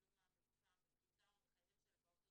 בשלומם, בגופם, בבריאותם או בחייהם של הפעוטות